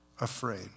afraid